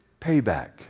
payback